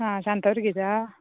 आं शांतादुर्गेच्या